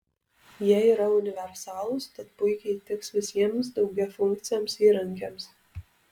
jie yra universalūs tad puikiai tiks visiems daugiafunkciams įrankiams